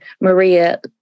Maria